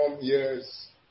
yes